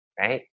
Right